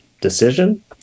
decision